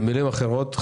במילים אחרות,